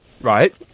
right